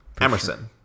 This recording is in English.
Emerson